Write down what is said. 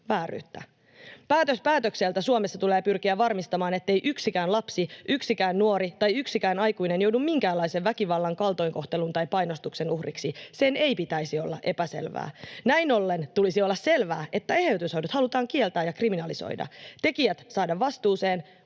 vääryyttä. Päätös päätökseltä Suomessa tulee pyrkiä varmistamaan, ettei yksikään lapsi, yksikään nuori tai yksikään aikuinen joudu minkäänlaisen väkivallan, kaltoinkohtelun tai painostuksen uhriksi. Sen ei pitäisi olla epäselvää. Näin ollen tulisi olla selvää, että eheytyshoidot halutaan kieltää ja kriminalisoida, tekijät saada vastuuseen,